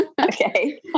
Okay